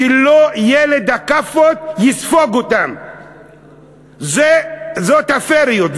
שלא ילד הכאפות יספוג אותם, זאת הפֵרִיוּת.